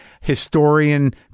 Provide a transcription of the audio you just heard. historian